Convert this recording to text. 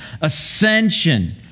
ascension